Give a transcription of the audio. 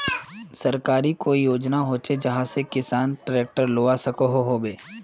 सरकारी कोई योजना होचे जहा से किसान ट्रैक्टर लुबा सकोहो होबे?